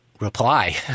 reply